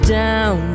down